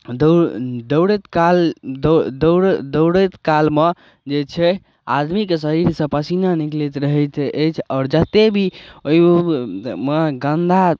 दौड़ दौड़ैत काल दौड़ दौड़ैत काल मे जे छै आदमीके शरीर सऽ पसीना निकलैत रहैत अछि आओर जते भी ओहिमे गन्दा